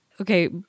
okay